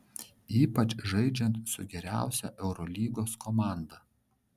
ypač žaidžiant su geriausia eurolygos komanda